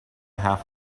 half